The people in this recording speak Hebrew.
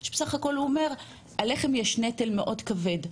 שהוא בסך הכל אומר שעליכם יש נטל מאוד כבד,